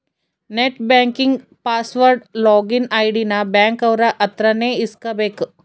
net banking password login ID ನ bank ಅವ್ರ ಅತ್ರ ನೇ ಇಸ್ಕಬೇಕು